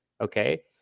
Okay